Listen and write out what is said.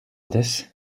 this